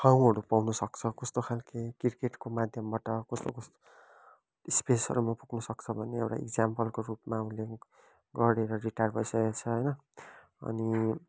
ठाउँहरू पाउन सक्छ कस्तो खालको क्रिकेटको माध्यमबाट कस्तो कस्तो स्पेसहरूमा पुग्न सक्छ भन्ने एउटा इक्जाम्पलको रूपमा उसले गरेर रिटायर भइसकेछ होइन अनि